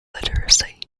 literacy